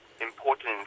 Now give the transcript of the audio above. important